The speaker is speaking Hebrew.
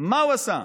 מה הוא עשה